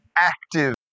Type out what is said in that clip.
active